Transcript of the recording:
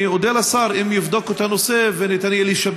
אני אודה לשר אם יבדוק את הנושא כדי שיהיה